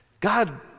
God